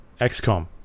XCOM